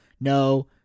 no